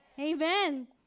Amen